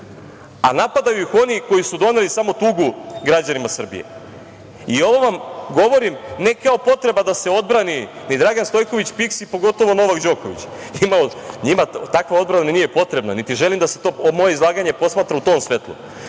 a napadaju ih oni koji su doneli samo tugu građanima Srbije. Ovo vam govorim, ne kao potreba da se odbrani ni Dragan Stojković Piski, pogotovo Novak Đoković, njima takva odbrana nije potrebna, niti želim da se moje izlaganje posmatra u tom svetlu,